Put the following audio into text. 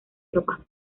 tropas